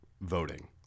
voting